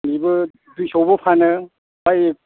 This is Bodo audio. बिबो दुइस'आवबो फानो बायो